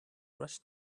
rush